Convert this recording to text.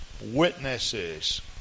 witnesses